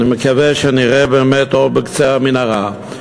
אני מקווה שנראה באמת אור בקצה המנהרה,